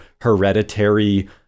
hereditary